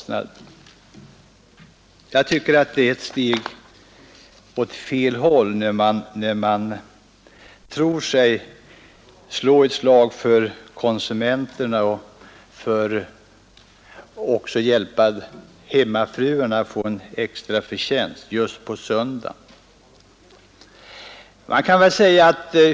Jag tycker det är ett steg åt fel håll när man genom den nya ordningen tror sig slå ett slag för konsumenterna och för hemmafruarnas möjligheter till en extra förtjänst just på söndagen.